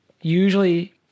usually